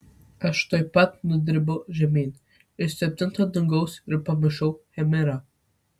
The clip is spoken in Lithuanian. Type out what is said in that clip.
aš tuoj pat nudribau žemyn iš septinto dangaus ir pamiršau chimerą